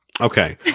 Okay